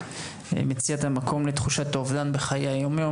מציאת המקום לתחושת האובדן בחיי היום-יום